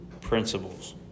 principles